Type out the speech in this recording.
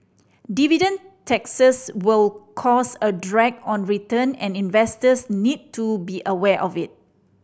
dividend taxes will cause a drag on return and investors need to be aware of it